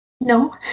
No